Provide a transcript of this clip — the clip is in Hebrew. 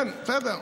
כן, בסדר.